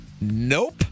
nope